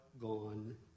gone